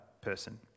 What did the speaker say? person